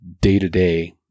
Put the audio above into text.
day-to-day